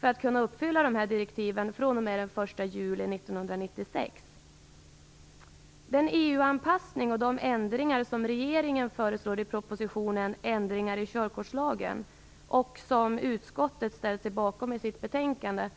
för att kunna uppfylla direktiven fr.o.m. den 1 juli 1996. Jag tänker i huvudsak beröra den EU-anpassning och de ändringar som regeringen föreslår i propositionen Ändringar i körkortslagen, vilken utskottet ställt sig bakom i sitt betänkande.